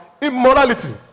immorality